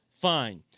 fine